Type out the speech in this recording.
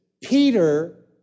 Peter